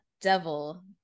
devil